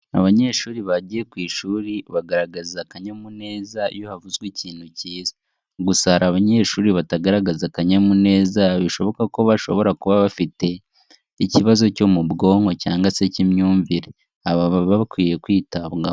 Abanyeshuri bagiye ku ishuri, bagaragaza akanyamuneza, iyo havuzwe ikintu cyiza. Gusa hari abanyeshuri batagaragaza akanyamuneza, bishoboka ko bashobora kuba bafite ikibazo cyo mu bwonko, cyangwa se cy'imyumvire. Aba baba bakwiye kwitabwaho.